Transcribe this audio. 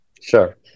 Sure